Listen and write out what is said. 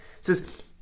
says